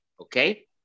Okay